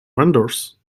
vendors